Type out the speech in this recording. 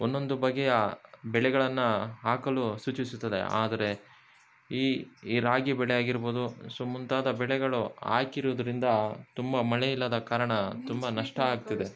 ಒನ್ನೊಂದು ಬಗೆಯ ಬೆಳೆಗಳನ್ನು ಹಾಕಲು ಸೂಚಿಸುತ್ತದೆ ಆದರೆ ಈ ರಾಗಿ ಬೆಳೆ ಆಗಿರ್ಬೋದು ಸೊ ಮುಂತಾದ ಬೆಳೆಗಳು ಹಾಕಿರುವುದರಿಂದ ತುಂಬ ಮಳೆ ಇಲ್ಲದ ಕಾರಣ ತುಂಬ ನಷ್ಟ ಆಗ್ತಿದೆ